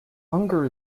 hunger